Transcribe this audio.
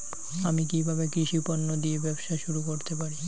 আমি কিভাবে কৃষি পণ্য দিয়ে ব্যবসা শুরু করতে পারি?